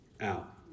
out